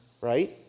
Right